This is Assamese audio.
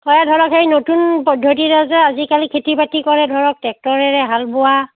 সেয়া ধৰক নতুন পদ্ধতিৰে যে আজিকালি খেতি বাতি কৰে ধৰক টেক্টৰেৰে হাল বোৱা